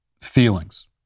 feelings